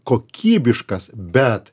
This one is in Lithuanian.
kokybiškas bet